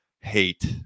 hate